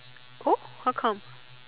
oh how come